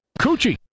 Coochie